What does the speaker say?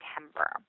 September